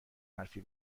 حرفی